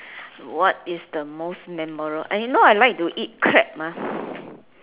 what is the most memorable and you know I like to eat crab ah